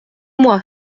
moi